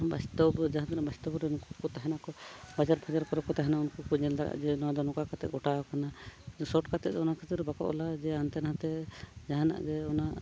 ᱵᱟᱥᱛᱚᱵᱽ ᱨᱮ ᱡᱟᱦᱟᱸ ᱛᱤᱱᱟᱹᱜ ᱵᱟᱥᱛᱚᱵᱽ ᱨᱮ ᱩᱱᱠᱩ ᱠᱚ ᱛᱟᱦᱮᱱᱟ ᱠᱚ ᱵᱟᱡᱟᱨ ᱯᱷᱟᱡᱟᱨ ᱠᱚᱨᱮ ᱠᱚ ᱛᱟᱦᱮᱱᱟ ᱩᱱᱠᱩ ᱠᱚ ᱧᱮᱞ ᱫᱟᱲᱮᱭᱟᱜᱼᱟ ᱡᱮ ᱱᱚᱣᱟ ᱫᱚ ᱱᱚᱝᱠᱟ ᱠᱟᱛᱮᱫ ᱜᱷᱚᱴᱟᱣ ᱠᱟᱱᱟ ᱥᱚᱨᱴ ᱠᱟᱛᱮᱫ ᱚᱱᱟ ᱠᱷᱟᱹᱛᱤᱨ ᱵᱟᱠᱚ ᱚᱞᱟ ᱡᱮ ᱦᱟᱱᱛᱮ ᱱᱟᱛᱮ ᱡᱟᱦᱟᱱᱟᱜ ᱜᱮ ᱩᱱᱟᱹᱜ